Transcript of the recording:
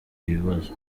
ibibazo